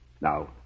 Now